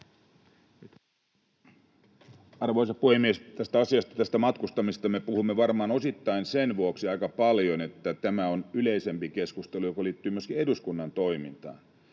Arvoisa puhemies! Tästä asiasta, tästä matkustamisesta, me puhumme varmaan osittain sen vuoksi aika paljon, että tämä on yleisempi keskustelu, joka liittyy myöskin eduskunnan toimintaan.